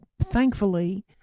thankfully